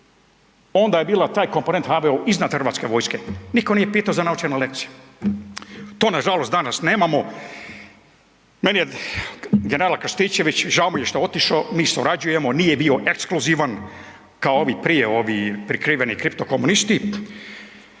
onda je bila taj komponent HVO iznad HV-a, niko nije pito za naučenu lekciju. To nažalost danas nemamo. Meni je general Krstičević, žao mi je što je otišo, mi surađujemo, nije bio ekskluzivan kao ovi prije ovi prikriveni kripto komunisti